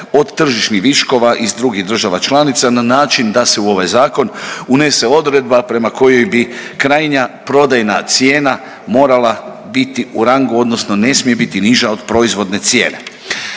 od tržišnih viškova iz drugih država članica na način da se u ovaj zakon unese odredba prema kojoj bi krajnja prodajna cijena morala biti u rangu odnosno ne smije biti niža od proizvodne cijene.